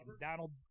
Donald